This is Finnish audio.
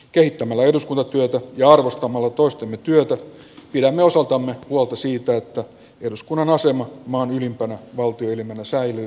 kehittämällä eduskuntatyötä ja arvostamalla toistemme työtä pidämme osaltamme huolta siitä että eduskunnan asema maan ylimpänä valtioelimenä säilyy ja vahvistuu